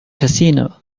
casino